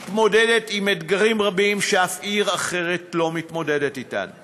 מתמודדת עם אתגרים רבים שאף עיר אחרת לא מתמודדת אתם.